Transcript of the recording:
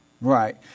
Right